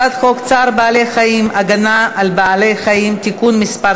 הצעת חוק צער בעלי-חיים (הגנה על בעלי-חיים) (תיקון מס'